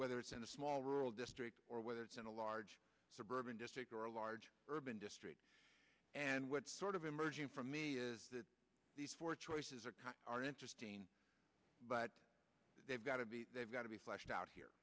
whether it's in a small rural district or whether it's in a large suburban district or a large urban district and what sort of emerging from these four choices are are interesting but they've got to be they've got to be fleshed out here